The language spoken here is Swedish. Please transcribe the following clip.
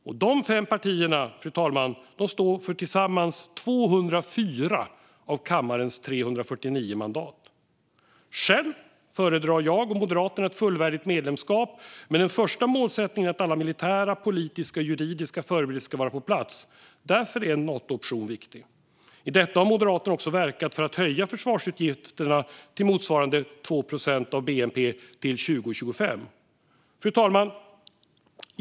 Dessa fem partier, fru talman, står tillsammans för 204 av kammarens 349 mandat. Själv föredrar jag och Moderaterna ett fullvärdigt medlemskap, men den första målsättningen är att alla militära, politiska och juridiska förberedelser ska vara på plats. Därför är en Natooption viktig. I samband med detta har Moderaterna också verkat för att höja försvarsutgifterna till motsvarande 2 procent av bnp till 2025. Fru talman!